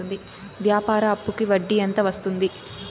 వ్యాపార అప్పుకి వడ్డీ ఎంత వస్తుంది?